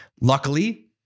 Luckily